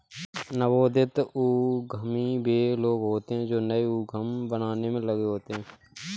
नवोदित उद्यमी वे लोग होते हैं जो नए उद्यम बनाने में लगे होते हैं